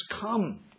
come